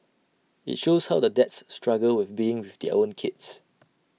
IT shows how the dads struggle with being with their own kids